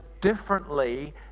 differently